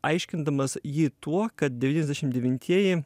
aiškindamas jį tuo kad devyniasdešim devintieji